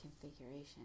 configuration